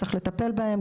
צריך לטפל בהם,